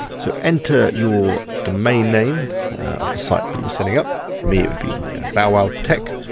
so enter your domain name of the site that you're setting up. for me it would be bowwowtech.